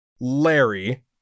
Larry